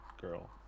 girl